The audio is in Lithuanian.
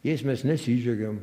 jais mes nesidžiaugiam